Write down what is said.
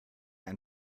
ein